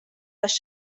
tax